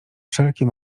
wszelkie